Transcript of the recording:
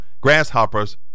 grasshoppers